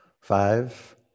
Five